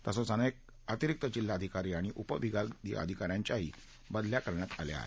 तसंच अनेक अतिरिक्त जिल्हाधिकारी आणि उपविभागीय अधिका यांच्याही बदल्या करण्यात आल्या आहेत